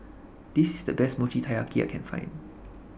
This IS The Best Mochi Taiyaki I Can Find